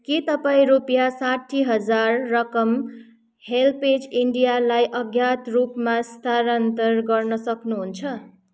के तपाईँ रुपियाँ साठी हजार रकम हेल्प्ज इन्डियालाई अज्ञात रूपमा स्थानान्तर गर्न सक्नुहुन्छ